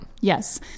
Yes